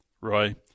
Roy